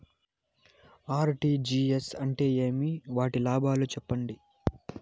RTGS అంటే ఏమి? వాటి లాభాలు సెప్పండి?